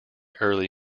early